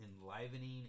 enlivening